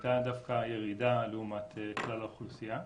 הייתה דווקא ירידה לעומת כלל האוכלוסייה.